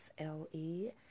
SLE